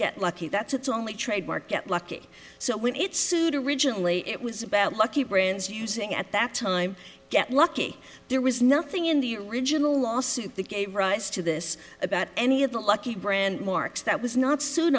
get lucky that it's only trademark get lucky so when it's sued originally it was about lucky brands using at that time get lucky there was nothing in the original lawsuit that gave rise to this about any of the lucky brand marks that was not s